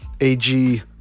AG